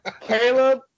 Caleb